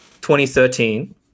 2013